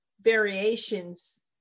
variations